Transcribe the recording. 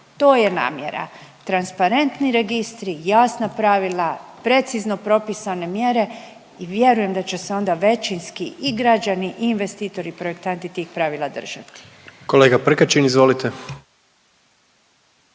To je namjera, transparentni registri, jasna pravila, precizno propisane mjere i vjerujem da će se onda većinski i građani i investitori i projektanti tih pravila držati. **Jandroković, Gordan